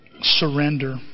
surrender